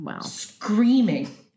screaming